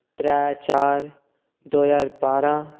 त्रै चार दो ज्हार बारां